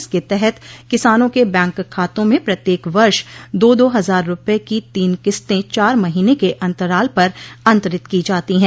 इसके तहत किसानों के बैंक खातों में प्रत्येक वर्ष दो दो हजार रुपये की तीन किस्ते चार महीने के अंतराल पर अतंरित की जाती हैं